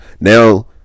Now